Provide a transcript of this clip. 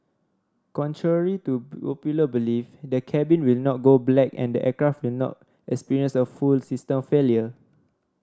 contrary to popular belief the cabin will not go black and the aircraft will not experience a full system failure